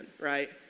right